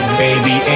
baby